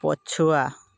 ପଛୁଆ